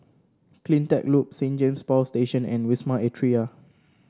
CleanTech Loop Saint James Power Station and Wisma Atria